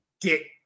Dick